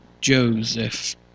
Joseph